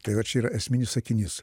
tai vat čia yra esminis sakinys